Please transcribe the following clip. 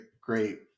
great